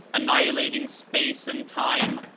annihilating space and time,